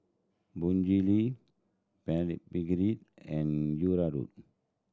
Bonjela Blephagel and